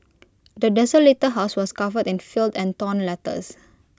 the desolated house was covered in filth and torn letters